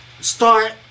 start